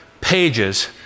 pages